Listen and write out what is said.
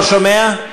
לא שומע.